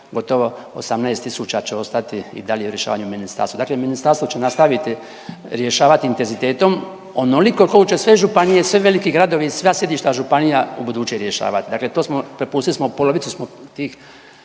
gotovo 18 tisuća će ostati i dalje u rješavanju u ministarstvu. Dakle, ministarstvo će nastaviti rješavati intenzitetom onoliko koliko će sve županiji, sve veliki gradovi, sva sjedišta županija u buduće rješavati. Dakle to smo, prepustili smo, polovicu smo